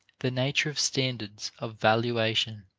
the nature of standards of valuation.